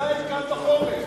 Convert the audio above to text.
בגידה היא קל וחומר.